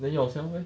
then yourself leh